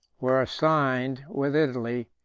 were assigned, with italy,